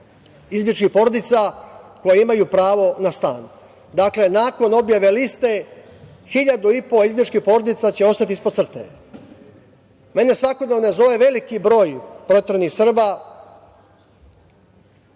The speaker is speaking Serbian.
izbegličkih porodica koje imaju pravo na stan. Dakle, nakon objave liste, 1.500 izbegličkih porodica će ostati ispod crte. Mene svakodnevno zove veliki broj proteranih Srba,